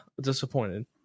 disappointed